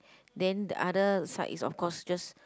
then the other side is of course just